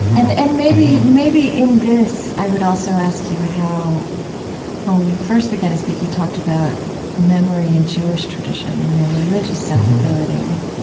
and and maybe, in this, i would also ask you how when we first began to speak, you talked about memory and jewish tradition and your religious sensibility. i mean,